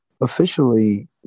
officially